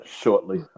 shortly